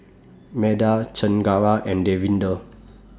Medha Chengara and Davinder